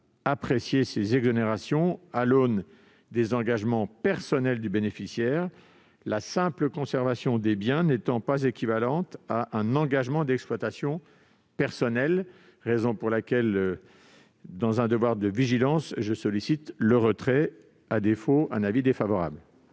apprécier ces exonérations à l'aune des engagements personnels du bénéficiaire, la simple conservation des biens n'étant pas équivalente à un engagement d'exploitation personnelle. Dans un devoir de vigilance, j'en sollicite le retrait. À défaut, j'émettrai un avis défavorable.